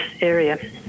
area